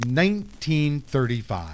1935